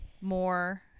more